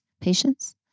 Patience